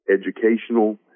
educational